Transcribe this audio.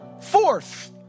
fourth